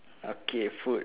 okay food